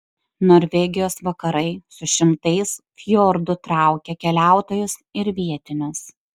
norvegijos vakarai su šimtais fjordų traukia keliautojus ir vietinius